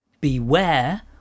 beware